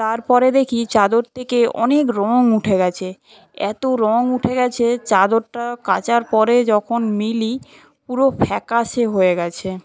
তারপরে দেখি চাদর থেকে অনেক রঙ উঠে গেছে এত রঙ উঠে গেছে চাদরটা কাচার পরে যখন মেলি পুরো ফ্যাকাশে হয়ে গেছে